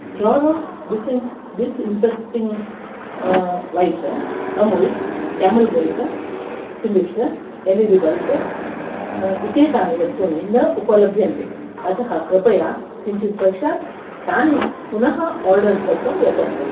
Clorox disin disinfecting wipes Amul camel milk Philips L E D bulbs इत्येतानि वस्तूनि न उपलभ्यन्ते अतः कृपया किञ्चिद् पश्चात् तानि पुनः ओर्डर् कर्तुं यतस्व